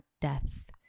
death